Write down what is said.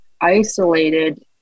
isolated